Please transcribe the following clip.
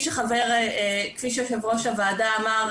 כפי שיושב-ראש הוועדה אמר,